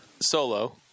Solo